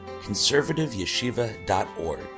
conservativeyeshiva.org